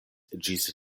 ĝis